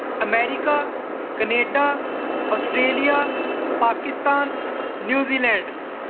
America Canada Australia Pakistan New Zealand